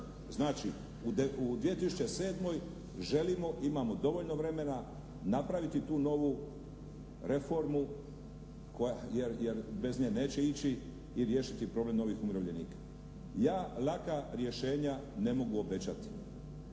Znači u 2007. želimo, imamo dovoljno vremena napraviti tu novu reformu, koja, jer bez nje neće ići i riješiti problem novih umirovljenika. Ja laka rješenja ne mogu obećati.